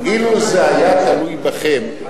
אילו זה היה תלוי בכם,